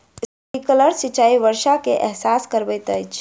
sprinkler सिचाई वर्षा के एहसास करबैत अछि